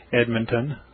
Edmonton